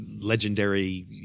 legendary